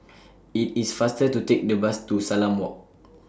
IT IS faster to Take The Bus to Salam Walk